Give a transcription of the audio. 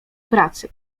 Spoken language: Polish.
pracy